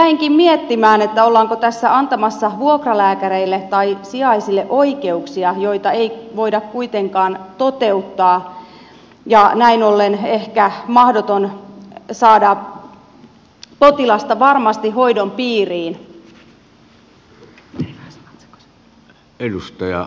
jäinkin miettimään ollaanko tässä antamassa vuokralääkäreille tai sijaisille oikeuksia joita ei voida kuitenkaan toteuttaa ja näin ollen on ehkä mahdotonta saada potilasta varmasti hoidon piiriin